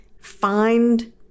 find